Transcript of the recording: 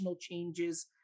changes